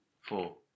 Four